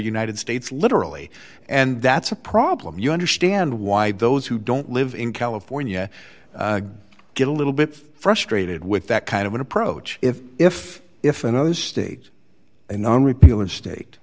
united states literally and that's a problem you understand why those who don't live in california get a little bit frustrated with that kind of an approach if if if another state and on repealing state